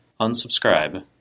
unsubscribe